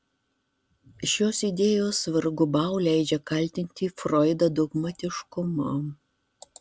šios idėjos vargu bau leidžia kaltinti froidą dogmatiškumu